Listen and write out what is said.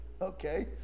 okay